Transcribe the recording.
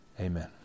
Amen